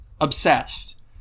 Obsessed